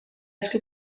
esku